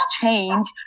change